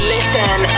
Listen